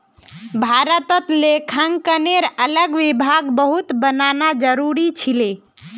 भारतत लेखांकनेर अलग विभाग बहुत बनाना जरूरी छिले